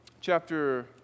chapter